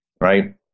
right